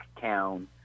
town